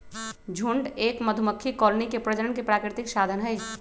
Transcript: झुंड एक मधुमक्खी कॉलोनी के प्रजनन के प्राकृतिक साधन हई